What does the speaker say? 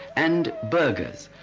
and burghers,